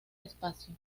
espacio